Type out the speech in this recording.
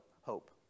hope